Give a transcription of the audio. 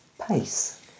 pace